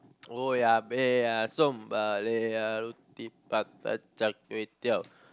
owa peya som roti prata char-kway-teow